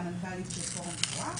והמנכ"לית של פורום ---,